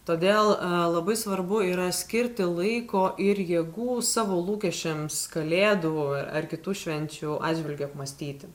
todėl labai svarbu yra skirti laiko ir jėgų savo lūkesčiams kalėdų ar kitų švenčių atžvilgiu apmąstyti